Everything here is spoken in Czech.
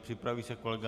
Připraví se kolega